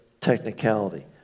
technicality